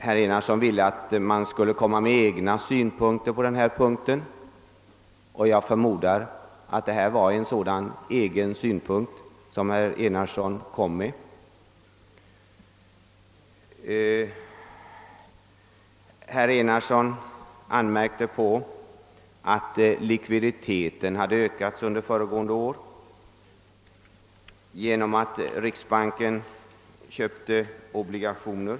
Herr Enarsson ville att man skulle komma med egna synpunkter i ärendet, och jag förmodar att detta var en sådan egen synpunkt som herr Enarsson anförde. Herr Enarsson anmärkte också på att likviditeten hade ökat under föregående år genom att riksbanken köpte obligationer.